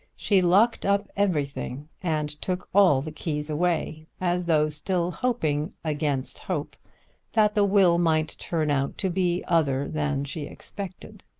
she locked up everything and took all the keys away, as though still hoping against hope that the will might turn out to be other than she expected.